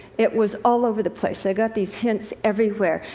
it was all over the place. i got these hints everywhere.